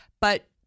But-